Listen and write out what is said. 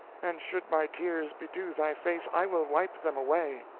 and should my tears bedew thy face, i will wipe them away.